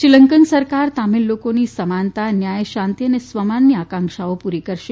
શ્રીલંકન સરકાર તામિલ લોકોની સમાનતા ન્યાય શાંતિ અને સ્વમાનની આકાંક્ષાઓને પુરી કરાશે